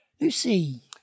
Lucy